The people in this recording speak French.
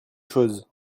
choses